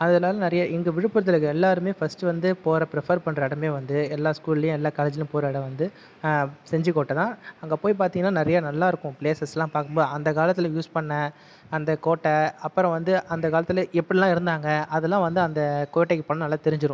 அதனால நிறையா இங்கே விழுப்புரத்தில் இருக்கற எல்லாேருமே பர்ஸ்ட் வந்து போகிற ப்ரீஃபர் பண்ணுற இடமே வந்து எல்லா ஸ்கூல்லேயும் எல்லா காலேஜ்லேயும் போகிற இடம் வந்து செஞ்சிக்கோட்டைதான் அங்கே போய் பார்த்தீங்கன்னா நிறையா நல்லாயிருக்கும் பிலேசஸெல்லாம் பார்க்கும்போது அந்த காலத்தில் யூஸ் பண்ண அந்த கோட்டை அப்புறம் வந்து அந்த காலத்தில் எப்படியெல்லாம் இருந்தாங்க அதெலாம் வந்து அந்த கோட்டைக்கு போனாலே நல்லா தெரிஞ்சுரும்